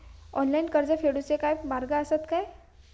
Online कर्ज फेडूचे काय मार्ग आसत काय?